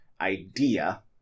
idea